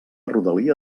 rodalia